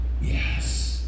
Yes